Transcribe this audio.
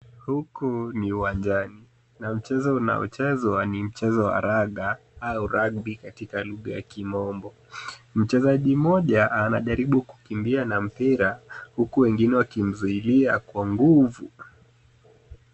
Huku ni uwanjani na mchezo unaochezwa ni mchezo wa raga au rugby katika lugha ya kimombo. Mchezaji mmoja anajaribu kukimbia na mpira huku wengine wakimzuilia kwa nguvu.